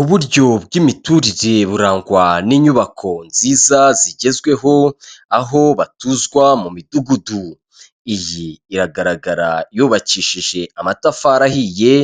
Uburyo bw'imiturire burangwa n'inyubako nziza zigezweho, aho batuzwa mu midugudu. Iyi iragaragara yubakishije amatafari ahiye,